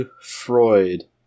Freud